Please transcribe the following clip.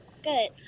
good